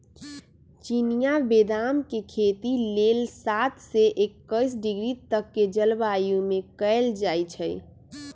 चिनियाँ बेदाम के खेती लेल सात से एकइस डिग्री तक के जलवायु में कएल जाइ छइ